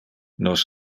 nos